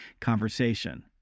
conversation